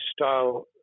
style